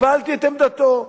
קיבלתי את עמדתו,